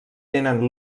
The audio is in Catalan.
tenen